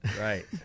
Right